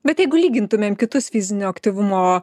bet jeigu lygintumėm kitus fizinio aktyvumo